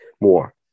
more